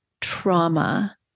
trauma